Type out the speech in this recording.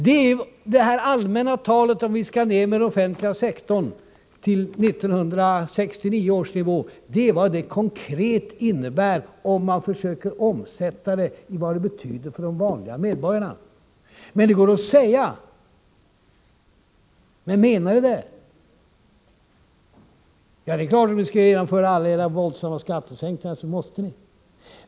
Det är vad det här allmänna talet om att vi skall ned med den offentliga sektorn till 1969 års nivå konkret innebär, om man försöker omsätta det i vad det betyder för de vanliga medborgarna. Det går att säga, men menar ni det? Ja, det är klart att om ni skall genomföra alla era våldsamma skattesänkningar så måste ni.